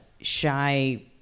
shy